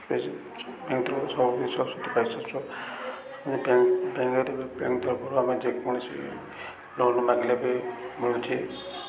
ପାଇଛୁ ବ୍ୟାଙ୍କ ତରଫରୁ ସବୁ ଜିନଷ ସବସିଡ଼ି ପଇସାରିଛୁ ବ୍ୟାଙ୍କ ତରଫରୁ ଆମେ ଯେକୌଣସି ଲୋନ୍ ମାଗିଲେ ବି ମିଳୁଛିି